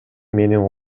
менин